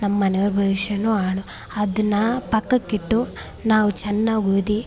ನಮ್ಮ ಮನೆಯವ್ರ ಭವಿಷ್ಯನೂ ಹಾಳು ಅದನ್ನು ಪಕ್ಕಕ್ಕಿಟ್ಟು ನಾವು ಚೆನ್ನಾಗಿ ಓದಿ